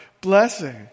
blessing